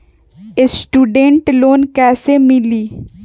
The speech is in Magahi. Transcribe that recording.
स्टूडेंट लोन कैसे मिली?